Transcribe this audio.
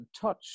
touch